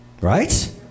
Right